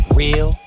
real